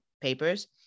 papers